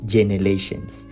Generations